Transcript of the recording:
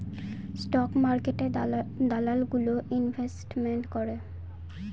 stock মার্কেটে দালাল গুলো ইনভেস্টমেন্ট করে